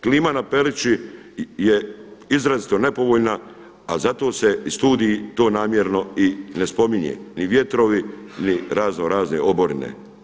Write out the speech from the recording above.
Klima na Peruči izrazito nepovoljna, a zato se i studij to namjerno ne spominje, ni vjetrovi, ni raznorazne oborine.